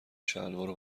شلوارو